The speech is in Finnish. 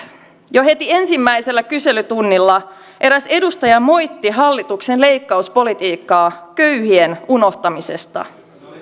jo heti ensimmäisellä kyselytunnilla eräs edustaja moitti hallituksen leikkauspolitiikkaa köyhien unohtamisesta